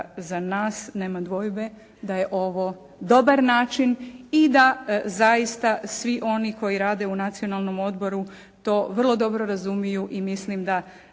za nas nema dvojbe da je ovo dobar način i da zaista svi oni koji rade u Nacionalnom odboru to vrlo dobro razumiju i mislim da